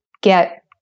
get